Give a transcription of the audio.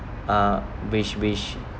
uh which which